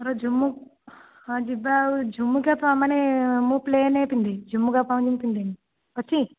ର ଝୁମୁ ହଁ ଯିବା ଆଉ ଝୁମୁକା ମାନେ ମୁଁ ପ୍ଲେନ ପିନ୍ଧେ ଝୁମୁକା ପାଉଁଜି ପିନ୍ଧେନି ଅଛି